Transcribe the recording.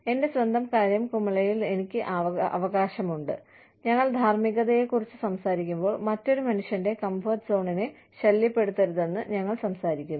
എന്റെ സ്വന്തം സ്വകാര്യ കുമിളയിൽ എനിക്ക് അവകാശമുണ്ട് ഞങ്ങൾ ധാർമ്മികതയെക്കുറിച്ച് സംസാരിക്കുമ്പോൾ മറ്റൊരു മനുഷ്യന്റെ കംഫർട്ട് സോണിനെ ശല്യപ്പെടുത്തരുതെന്ന് ഞങ്ങൾ സംസാരിക്കുന്നു